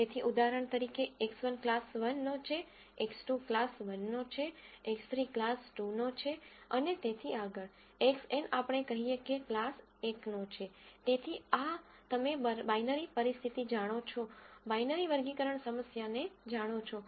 તેથી ઉદાહરણ તરીકે X1 ક્લાસ 1 નો છે X2 ક્લાસ 1 નો છે X3 ક્લાસ 2 નો છે અને તેથી આગળ Xn આપણે કહીએ કે ક્લાસ 1 નો છે તેથી આ તમે બાઈનરી પરિસ્થિતિ જાણો છો બાઈનરી વર્ગીકરણ સમસ્યાને જાણો છો